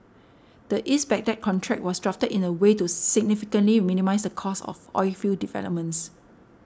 the East Baghdad contract was drafted in a way to significantly minimise the cost of oilfield developments